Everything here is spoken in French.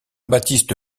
baptiste